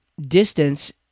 distance